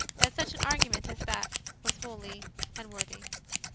that such an argu ment as that was wholly unworthy.